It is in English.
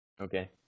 okay